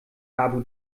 abu